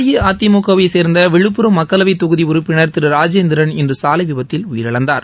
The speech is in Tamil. அஇஅதிமுக வை சேர்ந்த விழுப்புரம் மக்களவைத் தொகுதி உறுப்பினர் திரு ராஜேந்திரன் இன்று சாலை விபத்தில் உயிரிழந்தார்